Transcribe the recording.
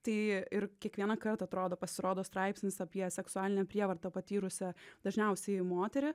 tai ir kiekvienąkart atrodo pasirodo straipsnis apie seksualinę prievartą patyrusią dažniausiai moterį